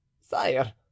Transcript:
sire